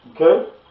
Okay